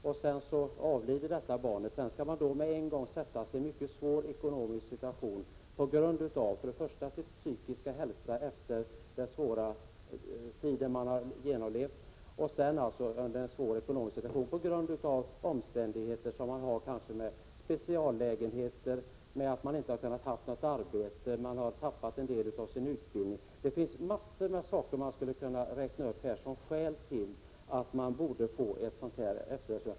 Barnet avlider sedan och föräldrarna sätts omedelbart i en mycket svår ekonomisk situation, förutom att den psykiska hälsan är dålig efter allt vad de har genomlevt. Det finns många saker man skulle kunna räkna upp som skäl för att en sådan här efterlevandeersättning borde utgå: man kan ha kostnader för speciallägenheter, man kanske inte har kunnat ha något arbete eller man har tappat en del av sin utbildning.